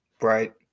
Right